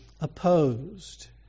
opposed